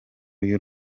y’u